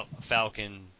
Falcon